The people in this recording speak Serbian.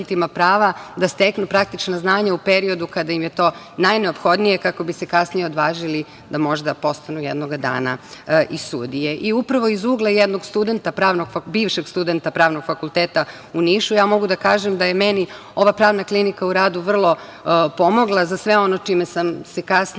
da steknu praktična znanja u periodu kada im je to najneophodnije kako bi se kasnije odvažili da možda postanu jednoga dana i sudije. Upravo iz ugla jednog bivšeg studenta Pravnog fakulteta u Nišu, ja mogu da kažem da je meni ova Pravna klinika u radu vrlo pomogla za sve ono čime sam se kasnije